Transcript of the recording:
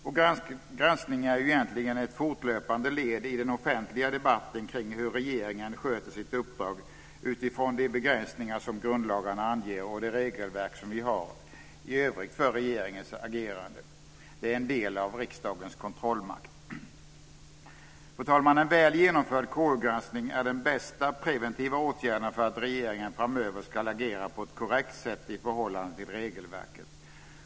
Vår granskning är egentligen ett fortlöpande led i den offentliga debatten kring hur regeringen sköter sitt uppdrag utifrån de begränsningar som grundlagarna anger och det regelverk som vi i övrigt har för regeringens agerande. Det är en del av riksdagens kontrollmakt. Fru talman! En väl genomförd KU-granskning är den bästa preventiva åtgärden för att regeringen framöver ska agera på ett korrekt sätt i förhållande till regelverket.